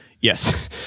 Yes